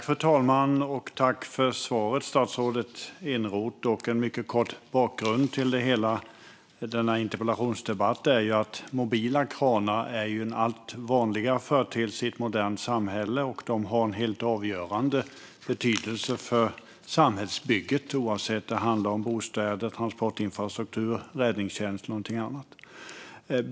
Fru talman! Tack för svaret, statsrådet Eneroth! En mycket kort bakgrund till det hela och till denna interpellationsdebatt är att mobila kranar är en allt vanligare företeelse i ett modernt samhälle. De har en helt avgörande betydelse för samhällsbygget oavsett om det handlar om bostäder, transportinfrastruktur, räddningstjänst eller någonting annat.